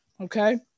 okay